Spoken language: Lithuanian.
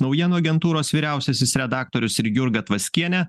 naujienų agentūros vyriausiasis redaktorius ir jurga tvaskienė